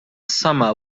summa